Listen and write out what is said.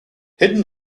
hidden